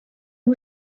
nhw